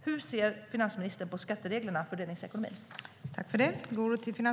Hur ser finansministern på skattereglerna för delningsekonomin?